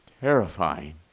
Terrifying